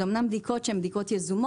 אלה אומנם בדיקות יזומות,